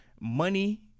money